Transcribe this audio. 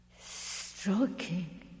Stroking